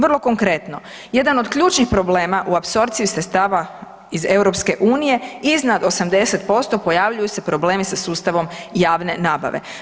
Vrlo konkretno, jedan od ključnih problema u apsorpciji sredstava iz EU iznad 80% pojavljuju se problemi sa sustavom javne nabave.